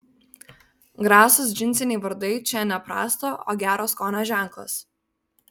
grasūs džinsiniai vardai čia ne prasto o gero skonio ženklas